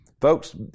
Folks